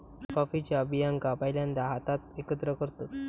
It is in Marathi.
कॉफीच्या बियांका पहिल्यांदा हातात एकत्र करतत